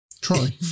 try